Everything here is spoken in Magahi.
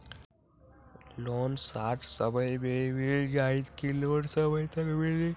लोन शॉर्ट समय मे मिल जाएत कि लोन समय तक मिली?